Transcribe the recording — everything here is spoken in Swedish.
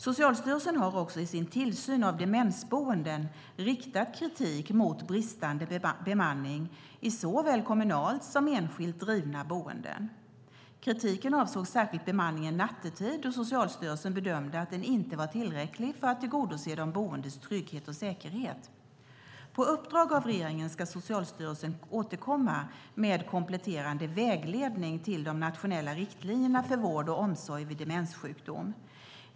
Socialstyrelsen har också i sin tillsyn av demensboenden riktat kritik mot bristande bemanning i såväl kommunalt som enskilt drivna boenden. Kritiken avsåg särskilt bemanningen nattetid då Socialstyrelsen bedömde att den inte var tillräcklig för att tillgodose de boendes trygghet och säkerhet. På uppdrag av regeringen ska Socialstyrelsen återkomma med kompletterande vägledning till de nationella riktlinjerna för vård och omsorg vid demenssjukdom.